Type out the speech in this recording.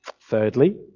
Thirdly